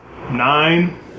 Nine